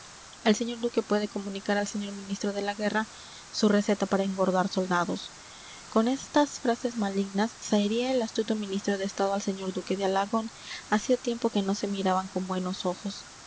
el señor duque puede comunicar al señor ministro de la guerra su receta para engordar soldados con estas frases malignas zahería el astuto ministro de estado al señor duque de alagón hacía tiempo que no se miraban con buenos ojos